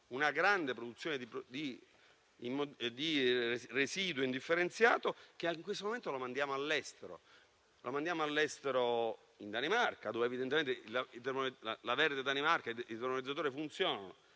una grande produzione di residuo indifferenziato, che in questo momento mandiamo all'estero, e lo mandiamo in Danimarca, dove evidentemente - la verde Danimarca - i termovalorizzatori funzionano.